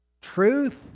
truth